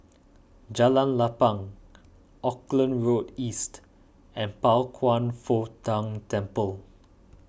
Jalan Lapang Auckland Road East and Pao Kwan Foh Tang Temple